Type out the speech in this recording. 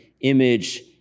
image